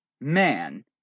Man